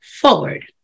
forward